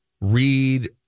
read